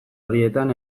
horietan